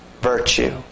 virtue